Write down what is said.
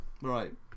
Right